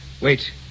Wait